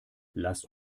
lasst